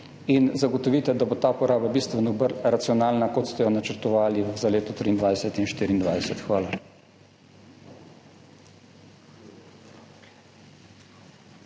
in zagotovite, da bo ta poraba bistveno bolj racionalna, kot ste jo načrtovali za leti 2023 in 2024. Hvala.